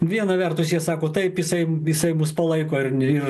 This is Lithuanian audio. viena vertus jie sako taip jisai jisai mus palaiko ir ir